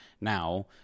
now